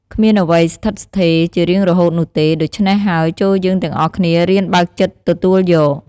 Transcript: គ្មានអ្វីស្ថិតស្ថេរជារៀងរហូតនោះទេ ដូច្នេះហើយចូរយើងទាំងអស់គ្នារៀនបើកចិត្តទទួលយក។